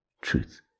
truth